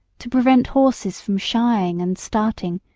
to prevent horses from shying and starting,